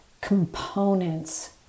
components